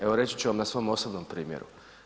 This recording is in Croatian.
Evo reći ću vam na svom osobnom primjeru.